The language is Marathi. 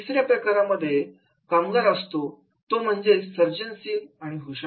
तिसऱ्या प्रकारचा कामगार असतो तो म्हणजे सर्जनशील आणि हुशार